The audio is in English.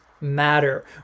matter